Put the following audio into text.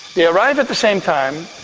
they arrived at the same time,